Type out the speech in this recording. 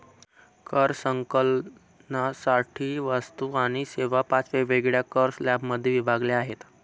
कर संकलनासाठी वस्तू आणि सेवा पाच वेगवेगळ्या कर स्लॅबमध्ये विभागल्या आहेत